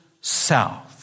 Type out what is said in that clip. south